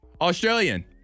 Australian